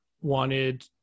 wanted